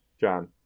John